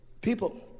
people